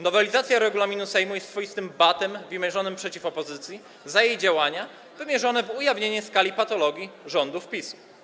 Nowelizacja regulaminu Sejmu jest swoistym batem wymierzonym przeciw opozycji za jej działania nakierowane na ujawnienie skali patologii rządów PiS-u.